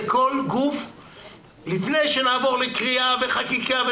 לפני שנעבור לקריאה ולחקיקה,